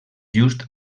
just